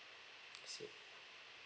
I see